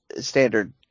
standard